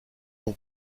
ton